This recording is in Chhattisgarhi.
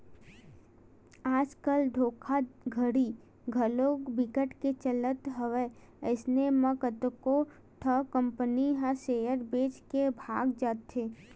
आज कल धोखाघड़ी घलो बिकट के चलत हवय अइसन म कतको ठन कंपनी ह सेयर बेच के भगा जाथे